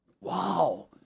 Wow